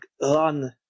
run